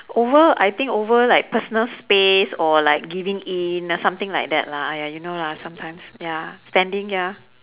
over I think over like personal space or like giving in or something like that lah !aiya! you know lah sometimes ya standing ya